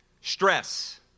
stress